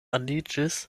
aliĝis